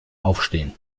aufstehen